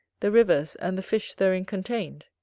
the rivers, and the fish therein contained!